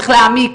צריך להעמיק,